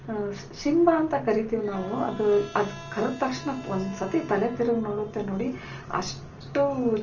C Simba ಅಂತ ಕರಿತೀವಿ ನಾವು ಅದು ಅದು ಕರೆದ ತಕ್ಷಣ ಒಂದುಸತಿ ತಲೆ ತಿರುಗಿ ನೋಡುತ್ತೆ ನೋಡಿ ಅಷ್ಟು